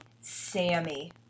Sammy